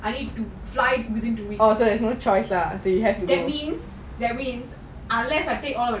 I need to fly that means that week unless I take all alone